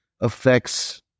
affects